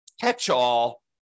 catch-all